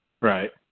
Right